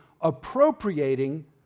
appropriating